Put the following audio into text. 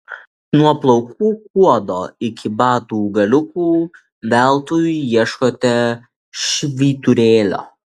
nuo plaukų kuodo iki batų galiukų veltui ieškote švyturėlio